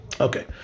Okay